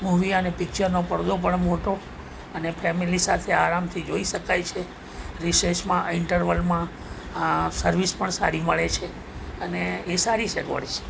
movie અને પિક્ચરનો પડદો પણ મોટો અને ફેમિલી સાથે આરામથી જોઈ શકાય છે રિશેષમાં ઇન્ટરવલમાં સર્વિસ પણ સારી મળે છે અને એ સારી સગવડ છે